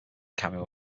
cameo